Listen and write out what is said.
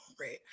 right